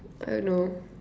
I don't know